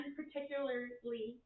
particularly